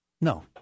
No